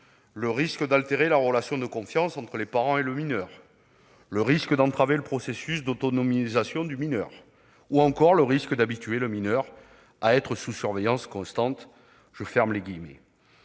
le risque d'altérer la relation de confiance entre les parents et le mineur [...]; le risque d'entraver le processus d'autonomisation du mineur [...]; le risque d'habituer le mineur à être sous surveillance constante. » Toutefois, comme